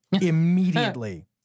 Immediately